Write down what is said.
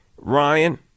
Ryan